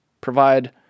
provide